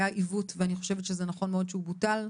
היה עיוות ואני חושבת שזה נכון מאוד שהוא בוטל.